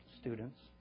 students